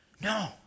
no